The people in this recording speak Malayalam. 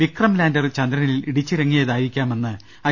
വിക്രം ലാൻഡർ ചന്ദ്രനിൽ ഇടിച്ചിറങ്ങിയതായിരിക്കാമെന്ന് ഐ